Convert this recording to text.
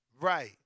right